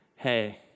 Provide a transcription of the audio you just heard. hey